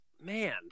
man